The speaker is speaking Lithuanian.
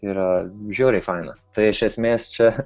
yra žiauriai faina tai iš esmės čia